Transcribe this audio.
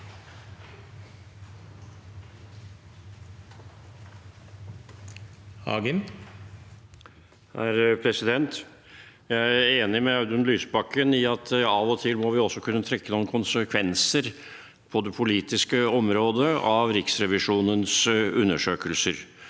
re- presentanten Audun Lysbakken i at av og til må vi også kunne trekke noen konsekvenser på det politiske området av Riksrevisjonens undersøkelser,